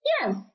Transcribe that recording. Yes